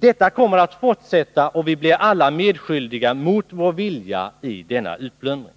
Detta kommer att fortsätta, och vi blir alla, mot vår vilja, medskyldiga till denna utplundring.